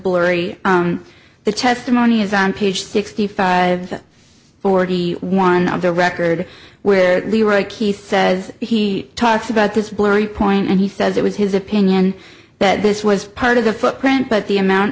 blurry the testimony is on page sixty five forty one on the record where the right key says he talks about this blurry point and he says it was his opinion that this was part of the footprint but the amount